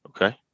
Okay